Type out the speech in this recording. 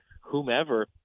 whomever